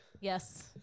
Yes